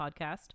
podcast